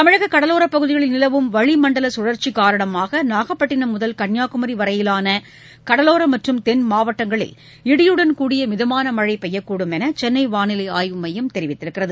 தமிழக கடலோரப் பகுதியில் நிலவும் வளிமண்டல சுழற்சி காரணமாக நாகப்பட்டினம் முதல் கன்னியாகுமரி வரையிலான கடலோர மற்றும் தென் மாவட்டங்களில் இடியுடன் கூடிய மிதமான மழை பெய்யக்கூடும் என்று சென்னை வானிலை ஆய்வு மையம் தெரிவித்துள்ளது